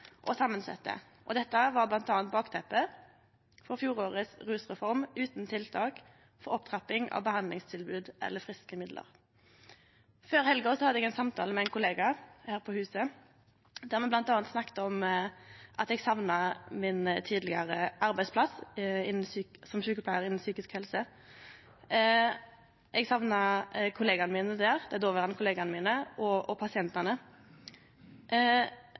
og samansette, og det var bl.a. bakteppet for fjorårets rusreform, utan tiltak for opptrapping av behandlingstilbod eller friske midlar. Før helga hadde eg ein samtale med ein kollega her på huset, der me bl.a. snakka om at eg saknar min tidlegare arbeidsplass som sjukepleiar innan psykisk helse. Eg saknar kollegaene mine der, dei dåverande kollegaene mine, og pasientane. Som sjukepleiar kan ein gjere ein forskjell for pasientane